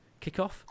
kickoff